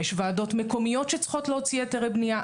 יש ועדות מקומיות שצריכות להוציא היתרי בנייה,